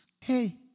Hey